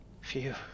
Phew